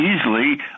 easily